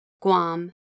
Guam